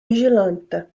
vigilante